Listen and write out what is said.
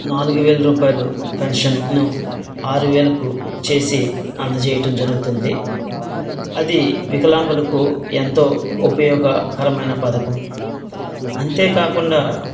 నాలుగు వేల రూపాయలు పెన్షను ఆరు వేలకు చేసి అందజేయటం జరుగుతుంది అది వికలాంగులకు ఎంతో ఉపయోగకరమైన పథకం అంతేకాకుండా